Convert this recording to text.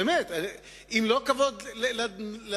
באמת, אם לא כבוד לעניין,